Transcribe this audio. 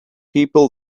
people